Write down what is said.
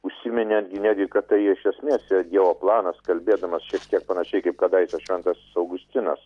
užsiminė netgi netgi kad tai iš esmės yra dievo planas kalbėdamas šiek tiek panašiai kaip kadaise šventas augustinas